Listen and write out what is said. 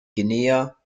guinea